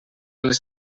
les